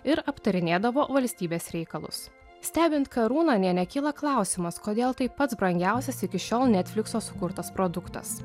ir aptarinėdavo valstybės reikalus stebint karūną nė nekyla klausimas kodėl tai pats brangiausias iki šiol netflikso sukurtas produktas